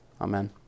Amen